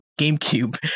GameCube